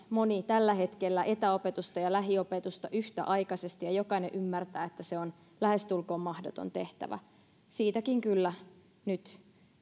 moni antaa tällä hetkellä etäopetusta ja lähiopetusta yhtäaikaisesti ja jokainen ymmärtää että se on lähestulkoon mahdoton tehtävä siitäkin kyllä nyt